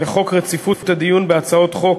לחוק רציפות הדיון בהצעות חוק,